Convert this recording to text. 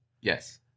yes